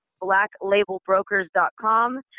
blacklabelbrokers.com